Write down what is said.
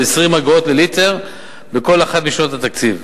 ב-20 אגורות לליטר בכל אחת משנות התקציב.